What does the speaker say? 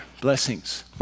Blessings